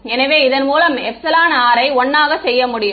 எனவே இதன் மூலம் r யை 1 ஆக செய்ய முடியும்